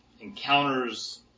encounters